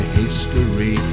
history